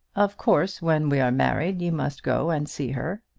of course when we are married you must go and see her.